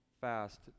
fast